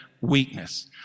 weakness